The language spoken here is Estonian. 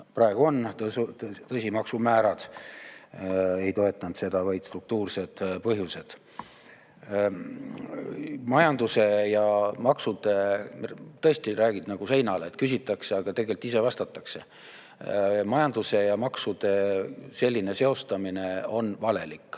praegu on. Püsimaksumäärad ei toetanud seda, vaid struktuursed põhjused. Majandus ja maksud – tõesti räägid nagu seinale. Küsitakse, aga tegelikult ise vastatakse. Majanduse ja maksude selline seostamine on valelik.